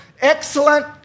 Excellent